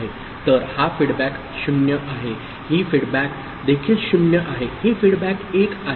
तर हा फीडबॅक 0 आहे हे फीडबॅक देखील 0 आहे हे फीडबॅक 1 आहे